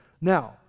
Now